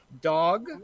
dog